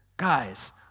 Guys